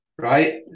right